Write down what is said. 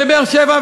בבאר-שבע,